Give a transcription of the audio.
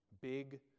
big